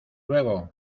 luego